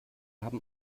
haben